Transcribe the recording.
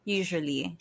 usually